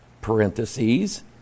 parentheses